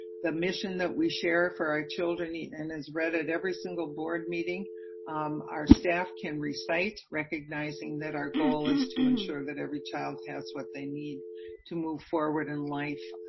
the mission that we share for our children and is read at every single board meeting our staff can recite, recognizing that our goal is to ensure that every child has what they need to move forward in life,